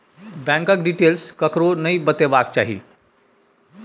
बैंकक डिटेल ककरो नहि बतेबाक चाही